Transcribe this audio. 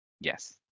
yes